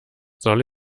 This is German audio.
soll